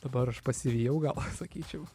dabar aš pasivijau gal sakyčiau